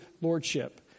lordship